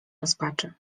rozpaczy